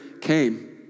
came